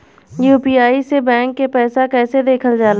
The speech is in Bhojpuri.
यू.पी.आई से बैंक के पैसा कैसे देखल जाला?